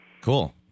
Cool